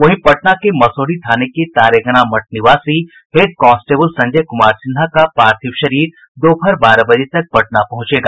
वहीं पटना के मसौढ़ी थाने के तारेगना मठ निवासी हेड कांस्टेबल संजय कुमार सिन्हा का पार्थिव शरीर दोपहर बारह बजे तक पटना पहुंचेगा